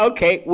Okay